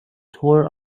toured